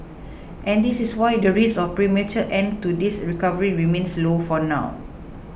and this is why the risk of premature end to this recovery remains low for now